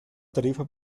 tarifa